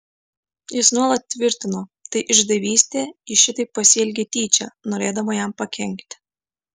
jis nuolat tvirtino tai išdavystė ji šitaip pasielgė tyčia norėdama jam pakenkti